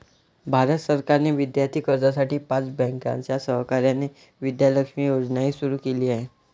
भारत सरकारने विद्यार्थी कर्जासाठी पाच बँकांच्या सहकार्याने विद्या लक्ष्मी योजनाही सुरू केली आहे